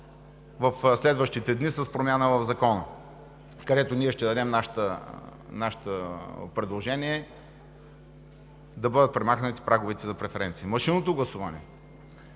в следващите дни с промяна в Закона, където ние ще дадем нашето предложение да бъдат премахнати праговете за преференции. Машинното гласуване